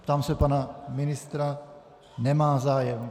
Ptám se pana ministra nemá zájem.